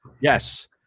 Yes